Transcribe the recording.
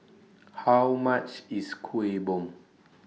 How much IS Kuih Bom